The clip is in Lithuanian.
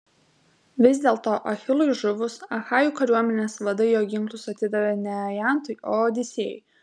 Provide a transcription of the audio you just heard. vis dėlto achilui žuvus achajų kariuomenės vadai jo ginklus atidavė ne ajantui o odisėjui